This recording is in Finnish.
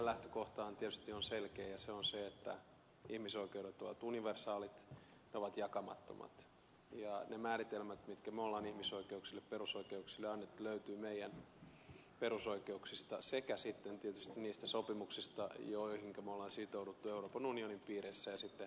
meidän lähtökohtammehan tietysti on selkeä ja se on se että ihmisoikeudet ovat universaalit ne ovat jakamattomat ja ne määritelmät mitkä me olemme ihmisoikeuksille perusoikeuksille antaneet löytyvät meidän perusoikeuksistamme sekä sitten tietysti niistä sopimuksista joihin me olemme sitoutuneet euroopan unionin piirissä ja sitten kansainvälisesti ylipäätään